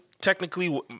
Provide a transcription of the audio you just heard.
Technically